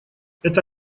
это